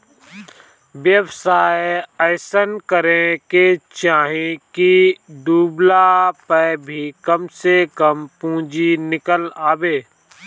व्यवसाय अइसन करे के चाही की डूबला पअ भी कम से कम पूंजी निकल आवे